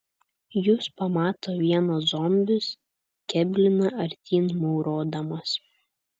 jus pamato vienas zombis kėblina artyn maurodamas